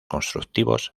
constructivos